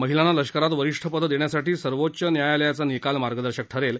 महिलांना लष्करात वरिष्ठ पदे देण्यासाठी सर्वोच्च न्यायालयाचा निकाल मार्गदर्शक ठरेल